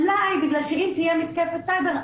אולי בגלל שאם תהיה מתקפת סייבר,